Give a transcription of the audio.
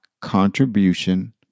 contribution